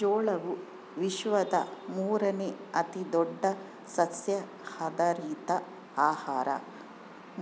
ಜೋಳವು ವಿಶ್ವದ ಮೂರುನೇ ಅತಿದೊಡ್ಡ ಸಸ್ಯಆಧಾರಿತ ಆಹಾರ